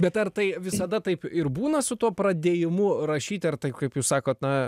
bet ar tai visada taip ir būna su tuo pradėjimu rašyti ar tai kaip jūs sakot na